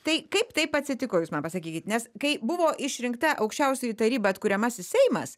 tai kaip taip atsitiko jūs man pasakykit nes kai buvo išrinkta aukščiausioji taryba atkuriamasis seimas